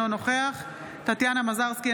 אינו נוכח טטיאנה מזרסקי,